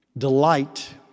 Delight